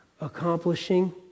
accomplishing